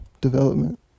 development